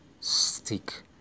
stick